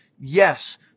yes